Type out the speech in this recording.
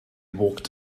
walked